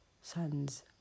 sons